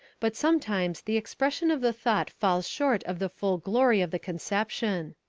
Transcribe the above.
but sometimes the expression of the thought falls short of the full glory of the conception.